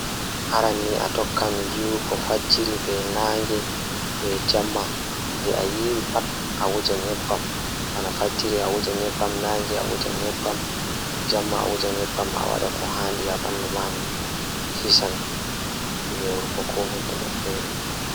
Waawataa njiddude fingernails ngal toŋngol ngal ngam hokka ngal he fingernails ngal. Hokkondir fingernails ngal so tawii waawataa njiddaade toŋngol ngal ngam njiddaade kadi ɓuri. Jokkondir fingernails ngal e safu, waawataa jokkondir no waawataa njiddaade.